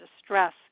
distress